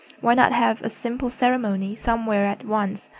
why not have a simple ceremony somewhere at once,